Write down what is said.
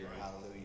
Hallelujah